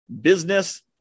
business